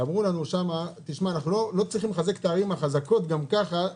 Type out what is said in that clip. שאמרו לנו: אנחנו לא צריכים לחזק את הערים החזקות גם כך.